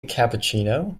cappuccino